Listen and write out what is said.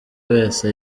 wese